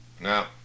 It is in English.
Now